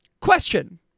Question